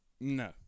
No